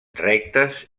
rectes